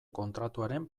kontratuaren